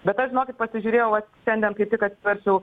bet aš žinokit pasižiūrėjau vat šiandien kaip tik atsiverčiau